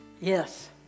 yes